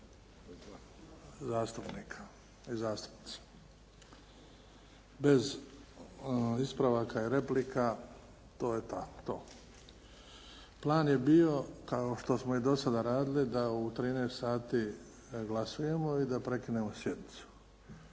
zastupnika i zastupnica, bez ispravaka i replika to je to. Plan je bio kao što smo i do sada radili da u 13 sati glasujemo i da prekinemo sjednicu.